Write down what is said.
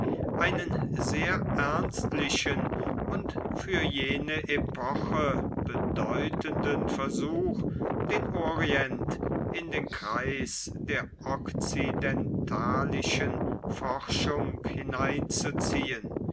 einen sehr ernstlichen und für jene epoche bedeutenden versuch den orient in den kreis der okzidentalischen forschung hineinzuziehen